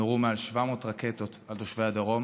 נורו מעל 700 רקטות על תושבי הדרום